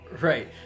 Right